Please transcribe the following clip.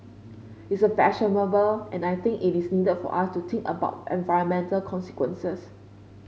it's a fashionable and I think it is needed for us to think about environmental consequences